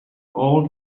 old